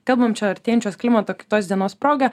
kalbam čia artėjančios klimato kitos dienos proga